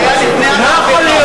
זה היה לפני המהפכה.